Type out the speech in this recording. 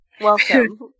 Welcome